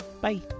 Bye